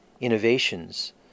innovations